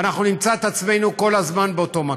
ואנחנו נמצא את עצמנו כל הזמן באותו מקום.